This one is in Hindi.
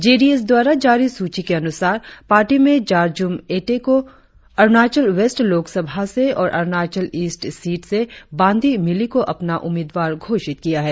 जे डी एस द्वारा जारी सूची के अनुसार पार्टी में जरजुम एटे को अरुणाचल वेस्ट लोकसभा से और अरुणाचल ईस्ट सीट से बान्दी मिली को अपना उम्मीदवार घोषित किया है